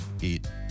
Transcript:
eat